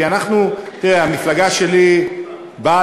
כי אנחנו, תראה, המפלגה שלי בעד